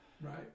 Right